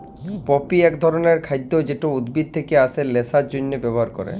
poppy এক ধরণের খাদ্য যেটা উদ্ভিদ থেকে আসে নেশার জন্হে ব্যবহার ক্যরে